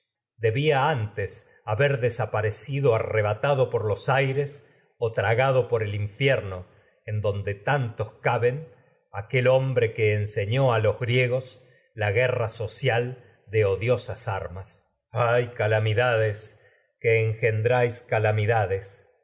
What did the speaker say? debía por desaparecido arrebatado en los aires o tragado hombre el infierno a donde tantos caben aquel que enseñó los griegos la que guerra social de odiosas armas ay calamidades pues engendráis calamidades